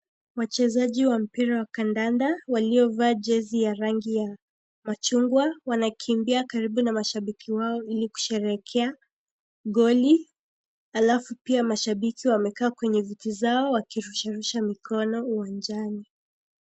Wachezaji wa mpira wa kandanda waliovaa jezi ya rangi ya machungwa, wanakimbia karibu na mashabiki wao ili kusherehekea goli. Halafu pia mashabiki wamekaa kwenye viti zao wakirusha rusha mikono zao uwanjani.